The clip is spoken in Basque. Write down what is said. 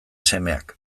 semeak